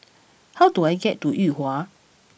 how do I get to Yuhua